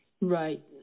Right